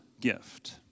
gift